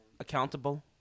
Accountable